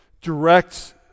direct